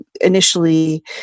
initially